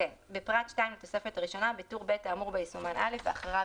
בפרט (2) לתוספת הראשונה בטור ב' האמור בו יסומן (א) ואחריו